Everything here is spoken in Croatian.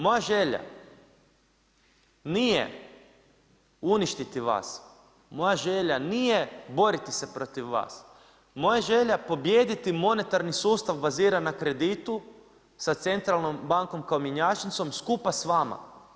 Moja želja nije uništiti vas, moja želja nije boriti se protiv vas, moja želja je pobijediti monetarni sustav baziran na kreditu sa centralnom bankom kao mjenjačnicom skupa s vama.